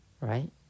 right